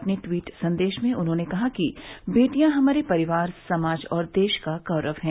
अपने ट्वीट संदेश में उन्होंने कहा कि बेटियां हमारे परिवार समाज और देश का गौरव हैं